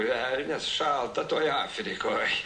velnias šalta toj afrikoj